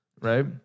right